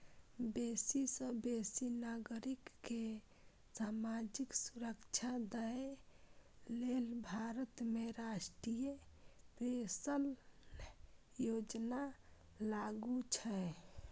बेसी सं बेसी नागरिक कें सामाजिक सुरक्षा दए लेल भारत में राष्ट्रीय पेंशन योजना लागू छै